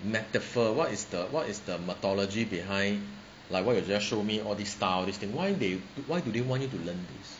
metaphor what is the what is the methodology behind like what you just show me or the star all this thing why they why do they want you to learn this